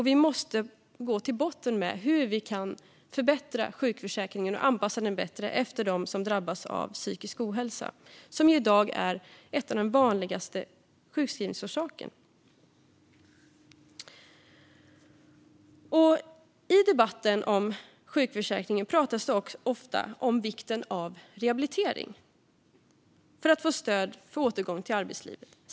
Vi måste gå till botten med hur vi kan förbättra sjukförsäkringen och anpassa den bättre efter dem som drabbas av psykisk ohälsa, som i dag är en av de vanligaste sjukskrivningsorsakerna. I debatten om sjukförsäkringen pratas det ofta om vikten av rehabilitering för att få stöd för återgång till arbetslivet.